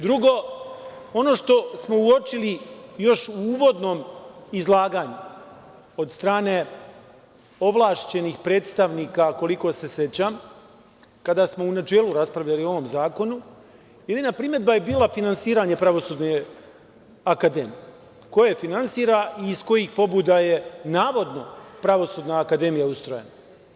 Drugo, ono što smo uočili još u uvodnom izlaganju od strane ovlašćenih predstavnika, koliko se sećam, kada smo u načelu raspravljali o ovom zakonu, jedina primedba je bila finansiranje Pravosudne akademije, ko je finansira i iz kojih pobuda je navodno Pravosudna akademija ustrojena.